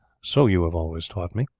so you have always taught me.